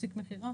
תפסיק מכירה.